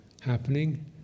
happening